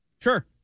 Sure